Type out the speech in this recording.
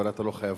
אבל אתה לא חייב,